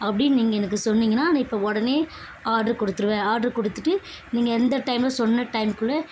அப்படின்னு நீங்கள் எனக்கு சொன்னிங்கன்னால் நான் இப்போ உடனே ஆட்ரு கொடுத்துருவேன் ஆட்ரு கொடுத்துட்டு நீங்கள் எந்த டைம்ல சொன்ன டைம்க்குள்ள